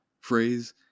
phrase